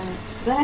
वह भी होता है